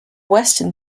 western